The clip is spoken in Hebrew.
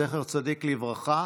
זכר צדיק לברכה,